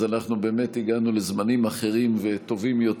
אז אנחנו באמת הגענו לזמנים אחרים וטובים יותר,